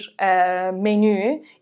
menu